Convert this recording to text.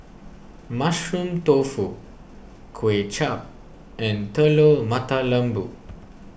Mushroom Tofu Kuay Chap and Telur Mata Lembu